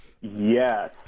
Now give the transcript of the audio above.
Yes